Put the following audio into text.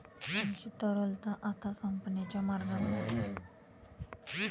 आमची तरलता आता संपण्याच्या मार्गावर आहे